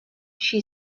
she